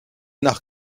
nach